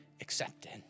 accepted